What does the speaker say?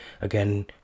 again